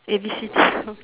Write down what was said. A B C